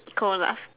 cold lah